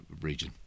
region